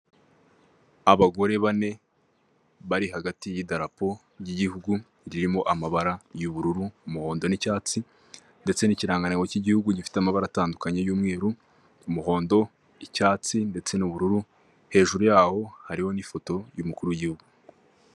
Abagore bane bari hagati y'idarapo ry'igihugu ririmo amabara y'ubururu umuhondo n'icyatsi ndetse n'ikirangango k'igihugu gifite amabara atandukanye y'umweru umuhondo icyatsi, ndetse n'ubururu hejuru yaho hariho n'ifoto y'umukuru wigihugu.